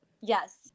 Yes